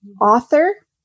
author